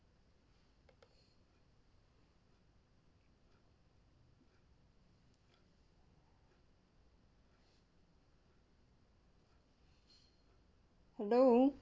hello